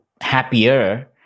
happier